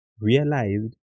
realized